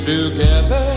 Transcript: Together